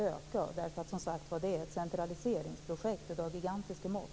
Det är, som sagt var, ett centraliseringsprojekt av gigantiska mått.